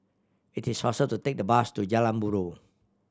it is faster to take the bus to Jalan Buroh